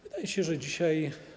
Wydaje się, że dzisiaj.